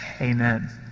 amen